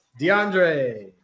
DeAndre